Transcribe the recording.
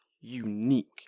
unique